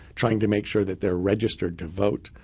trying to make sure that they're registered to vote,